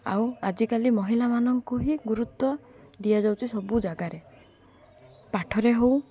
ଆଉ ଆଜିକାଲି ମହିଳାମାନଙ୍କୁ ହିଁ ଗୁରୁତ୍ୱ ଦିଆଯାଉଛି ସବୁ ଜାଗାରେ ପାଠରେ ହଉ